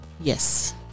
Yes